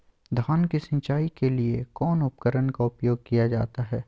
धान की सिंचाई के लिए कौन उपकरण का उपयोग किया जाता है?